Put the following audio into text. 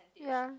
ya